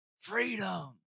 Freedom